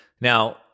Now